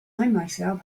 myself